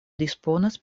disponas